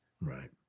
Right